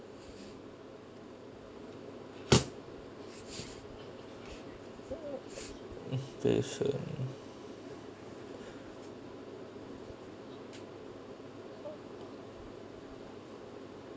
mm special